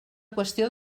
qüestió